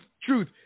truth